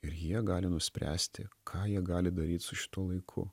ir jie gali nuspręsti ką jie gali daryt su šituo laiku